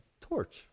torch